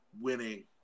winning